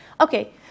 Okay